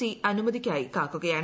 C അനുമതിക്കായി കാക്കുകയാണ്